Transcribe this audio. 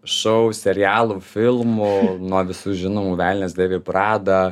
šou serialų filmų nuo visų žinomų velnias dėvi prada